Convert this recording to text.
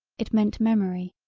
it meant memory.